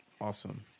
Awesome